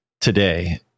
today